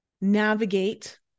navigate